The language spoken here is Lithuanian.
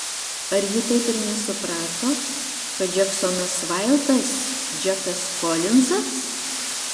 ar ji taip ir nesuprato kad džeksonas vaildas džekas kolinzas